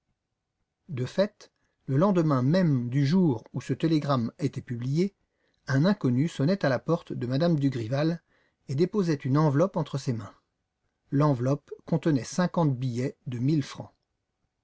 de fait le lendemain même du jour où ce télégramme était publié un inconnu sonnait à la porte de m me dugrival et déposait une enveloppe entre ses mains l'enveloppe contenait cinquante billets de mille francs